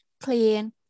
clean